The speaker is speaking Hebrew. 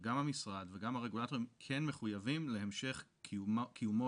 גם המשרד וגם הרגולטורים כן מחויבים להמשך קיומו